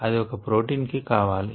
అది ఒక ప్రోటీన్ కి కావాలి